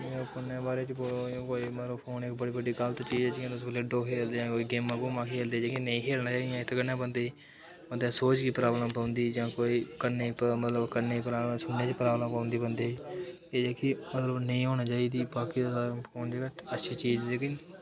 जि'यां फोनै बारे च फोन इक्क बड़ी बड्डी गलत चीज़ जि कोई गेमां खेढदे नेईं खेढना चाही दियां इक्क दिन नेही बंदे गी अग्गें सोझ दी प्राॅब्लम पौंदी कन्नै कन्नें दी सुनने दी प्राॅब्लम पौंदी बंदे गी एह् जेह्की ममूली होना चाहिदी बाकी फोन जेह्की अच्छी चीज़ जेह्ड़ी